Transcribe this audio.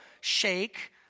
shake